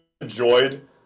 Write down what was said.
enjoyed –